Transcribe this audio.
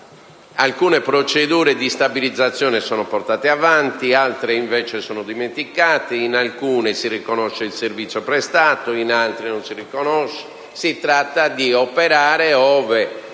alcune procedure di stabilizzazione sono portate avanti, altre vengono dimenticate, in alcune si riconosce il servizio prestato, in altre non lo si riconosce. Si tratta di operare, ove